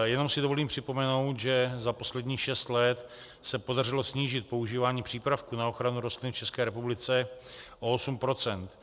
Jenom si dovolím připomenout, že za posledních šest let se podařilo snížit používání přípravků na ochranu rostlin v České republice o 8 %.